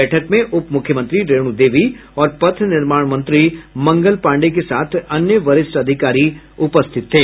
बैठक में उपमुख्यमंत्री रेणु देवी और पथ निर्माण मंत्री मंगल पांडेय के साथ अन्य वरिष्ठ अधिकारी उपस्थित थे